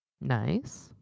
nice